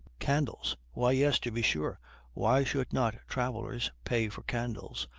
candles! why yes, to be sure why should not travelers pay for candles?